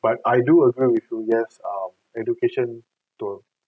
but I do agree with you yes um education to